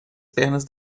pernas